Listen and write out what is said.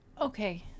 Okay